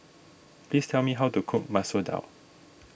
please tell me how to cook Masoor Dal